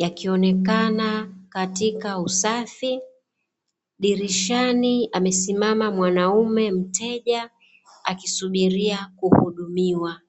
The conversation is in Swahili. yakionekana katika usafi, dirishani amesimama mwanaume mteja akisubiria kuhudumiwa.